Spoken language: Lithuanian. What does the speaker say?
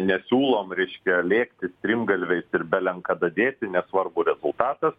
nesiūlom reiškia lėkti strimgalviais ir belenkada dėti nesvarbu rezultatas